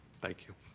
thank you.